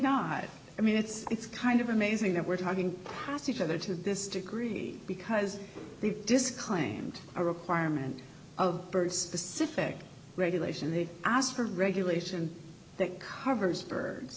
not i mean it's it's kind of amazing that we're talking past each other to this degree because we've disclaimed a requirement of bird specific regulation they've asked for regulation that covers birds